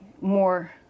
more